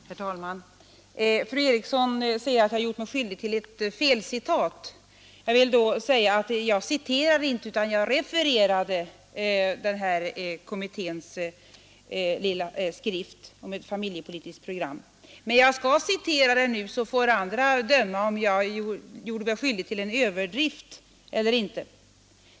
Herr talman! Fru Eriksson i Stockholm säger att jag har gjort mig skyldig till ett felcitat. Jag citerade inte utan refererade den här kommitténs lilla skrift om ett familjepolitiskt program. Men jag skall citera ur den nu, så får andra döma om jag gjorde mig skyldig till en överdrift eller inte.